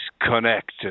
connected